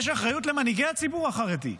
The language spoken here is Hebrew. יש אחריות למנהיגי הציבור החרדי.